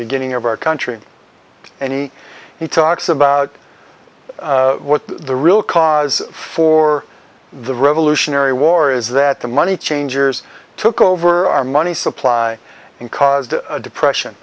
beginning of our country any he talks about what the real cause for the revolutionary war is that the money changers took over our money supply and caused the depression